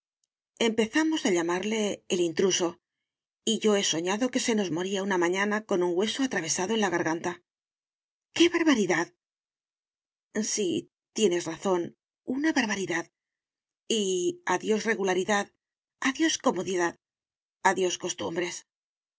empezamos a llamarle el intruso y yo he soñado que se nos moría una mañana con un hueso atravesado en la garganta qué barbaridad sí tienes razón una barbaridad y adiós regularidad adiós comodidad adiós costumbres